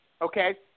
okay